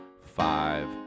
five